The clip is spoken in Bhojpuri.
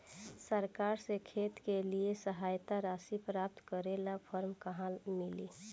सरकार से खेत के लिए सहायता राशि प्राप्त करे ला फार्म कहवा मिली?